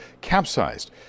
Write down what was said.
capsized